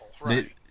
Right